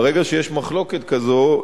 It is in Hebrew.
ברגע שיש מחלוקת כזאת,